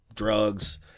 drugs